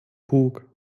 bug